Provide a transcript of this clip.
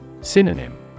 Synonym